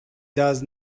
does